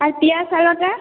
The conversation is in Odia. ଆଉ ପିଆଶାଳଟା